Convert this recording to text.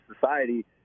society